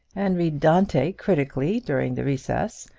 and read dante critically during the recess,